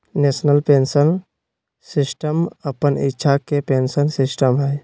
national pension system अप्पन इच्छा के पेंशन सिस्टम हइ